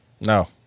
no